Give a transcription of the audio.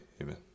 Amen